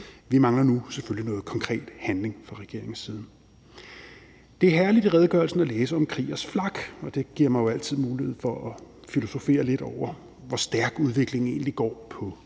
vi mangler nu selvfølgelig noget konkret handling fra regeringens side. Det er herligt i redegørelsen at læse om Kriegers Flak, og det giver mig jo altid mulighed for at filosofere lidt over, hvor stærkt udviklingen egentlig går på det